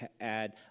add